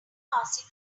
passing